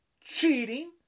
cheating